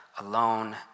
alone